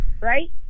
right